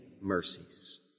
mercies